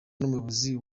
n’umuyobozi